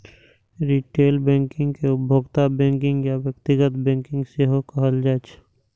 retail banking कें उपभोक्ता banking या व्यक्तिगत बैंकिंग सेहो कहल जाइ छै